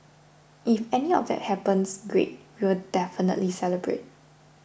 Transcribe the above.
if any of that happens great we will definitely celebrate